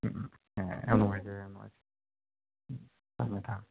ꯎꯝ ꯑꯦ ꯌꯥꯝ ꯅꯨꯡꯉꯥꯏꯖꯔꯦ ꯌꯥꯝ ꯅꯨꯡꯉꯥꯏꯖꯔꯦ ꯊꯝꯃꯦ ꯊꯝꯃꯦ